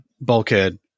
bulkhead